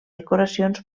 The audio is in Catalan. decoracions